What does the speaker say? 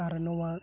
ᱟᱨ ᱱᱚᱣᱟ